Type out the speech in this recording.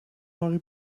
harry